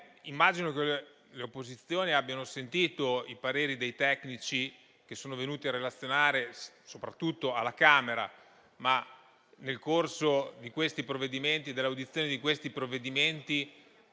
immagino che le opposizioni abbiano sentito i pareri dei tecnici che sono venuti a relazionare, soprattutto alla Camera, nel corso delle audizioni su questi provvedimenti.